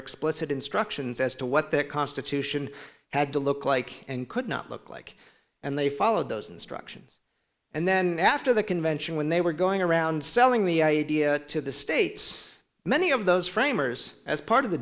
explicit instructions as to what that constitution had to look like and could not look like and they followed those instructions and then after the convention when they were going around selling the idea to the states many of those framers as part of the